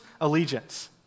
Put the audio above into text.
allegiance